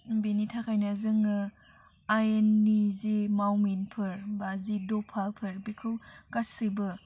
बेनि थाखायनो जोङो आयेननि जि मावमिनफोर बा जि दफाफोर बिखौ गासिबो